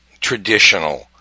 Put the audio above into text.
traditional